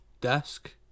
desk